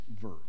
verse